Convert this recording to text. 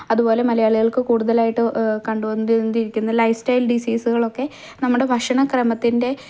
അതുപോലെ മലയാളികൾക്ക് കൂടുതലായിട്ട് കണ്ടുകൊണ്ടിണ്ടിരിക്കുന്ന ലൈഫ് സ്റ്റൈൽ ഡിസീസുകളൊക്കെ നമ്മുടെ ഭക്ഷണക്രമത്തിൻ്റെ